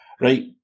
Right